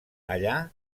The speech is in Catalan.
allà